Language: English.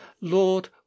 Lord